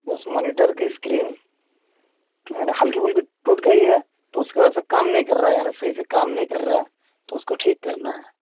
اس monitor کی screen ہلکی پھلکی ٹوٹ گئی ہے تو اس کی وجہ سے کام نہیں کر رہا ہے یعنی صحیح سے کام نہیں کر رہا ہے تو اس کو ٹھیک کرنا ہے